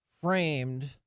framed